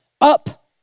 Up